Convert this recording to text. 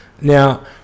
Now